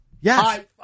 Yes